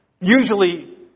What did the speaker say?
usually